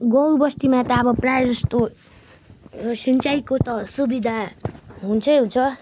गाउँ बस्तीमा त अब प्राय जस्तो सिँचाइको त सुविधा हुन्छै हुन्छ